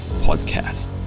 Podcast